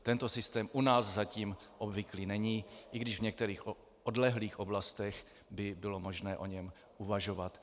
Tento systém u nás zatím obvyklý není, i když v některých odlehlých oblastech by bylo možné o něm uvažovat.